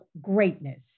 greatness